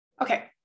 Okay